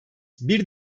bir